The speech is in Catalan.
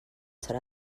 serà